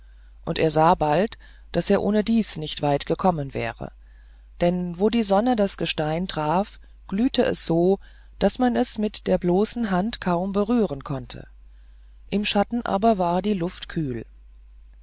und er sah bald daß er ohnedies nicht weit gekommen wäre denn wo die sonne das gestein traf glühte es so daß man es mit der bloßen hand kaum berühren konnte im schatten aber war die luft kühl